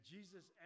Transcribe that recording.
Jesus